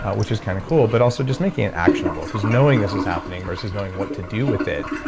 which is kind of cool, but also just making it actionable, because knowing this is happening versus knowing what to do with it.